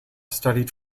studied